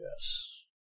yes